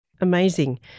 Amazing